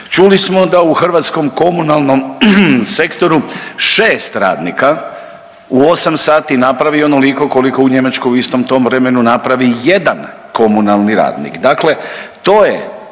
Čuli smo da u hrvatskom komunalnom sektoru šest radnika u osam sati napravi onoliko koliko u Njemačkoj u istom tom vremenu napravi jedan komunalni radnik, dakle to je